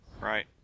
Right